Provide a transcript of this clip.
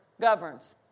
governs